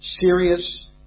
serious